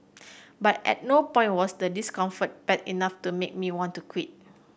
but at no point was the discomfort bad enough to make me want to quit